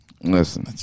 Listen